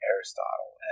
Aristotle